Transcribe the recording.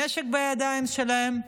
עם נשק בידיים שלהם,